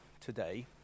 today